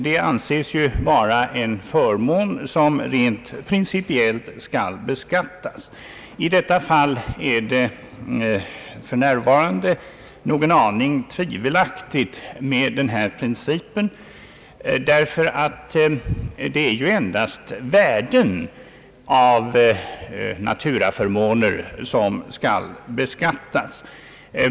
Det anses vara en förmån som rent principiellt skall beskattas. I detta fall är för närvarande denna princip en aning tvivelaktig, eftersom det endast är värdet av naturaförmåner som skall beskattas.